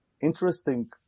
interesting